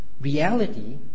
reality